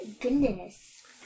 Goodness